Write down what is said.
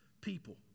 people